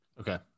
okay